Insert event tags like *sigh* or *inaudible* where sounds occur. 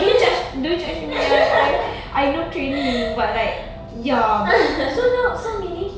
*laughs*